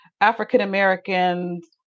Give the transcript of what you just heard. african-americans